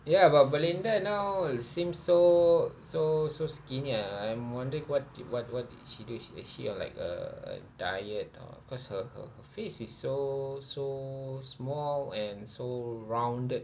ya but belinda now seem so so so skinny I'm wondering what did what what did she do she is she on like a a diet or cause her her her face is so so small and so rounded